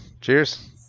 cheers